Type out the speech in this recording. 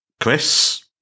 Chris